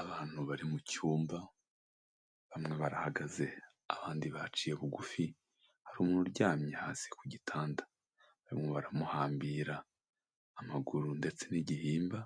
Abantu bari mu cyumba, bamwe barahagaze, abandi baciye bugufi, hari umuntu uryamye hasi ku gitanda, barimo baramuhambira amaguru ndetse n'igihimba,